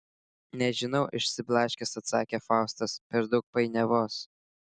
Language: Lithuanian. nežinau išsiblaškęs atsakė faustas per daug painiavos